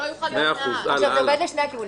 זה עובד לשני הכיוונים.